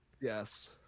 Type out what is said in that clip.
Yes